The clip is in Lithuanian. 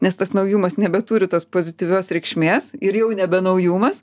nes tas naujumas nebeturi tos pozityvios reikšmės ir jau nebe naujumas